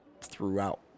throughout